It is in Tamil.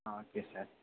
ah okay sir